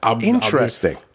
Interesting